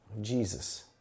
Jesus